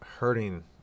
hurting